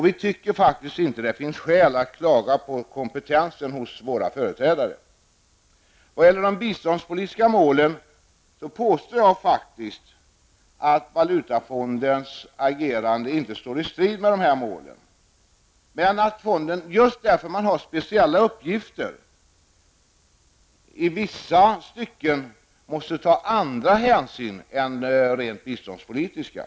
Vi tycker faktiskt att det inte finns något skäl att klaga på kompetensen hos våra företrädare. När det gäller de biståndspolitiska målen påstår jag faktiskt att Valutafondens agerande inte står i strid med dessa mål men att fonden, just som en följd av sina speciella uppgifter, i vissa stycken måste ta andra hänsyn än rent biståndspolitiska.